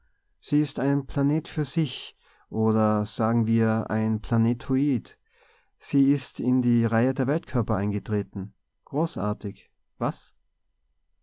sie ist ein planet für sich oder sagen wir ein planetoid sie ist in die reihe der weltkörper eingetreten großartig was